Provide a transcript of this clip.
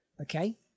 Okay